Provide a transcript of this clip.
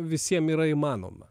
visiem yra įmanoma